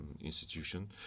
institution